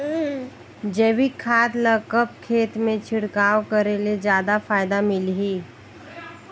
जैविक खाद ल कब खेत मे छिड़काव करे ले जादा फायदा मिलही?